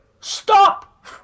Stop